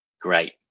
great